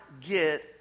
get